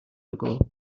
ago